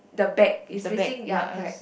the back is facing ya correct